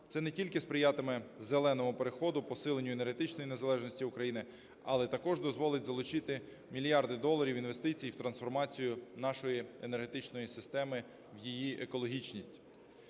Це не тільки сприятиме "зеленому" переходу, посиленню енергетичної незалежності України, але також дозволить залучити мільярди доларів інвестицій в трансформацію нашої енергетичної системи, в її екологічність.